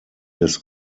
des